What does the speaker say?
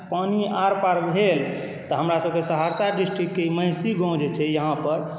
पानी आरपार भेल तऽ हमरासभके सहरसा डिस्ट्रिक्टकेँ ई महिषी गाँव जे छै यहाँ पर